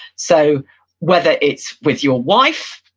so whether it's with your wife,